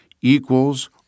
equals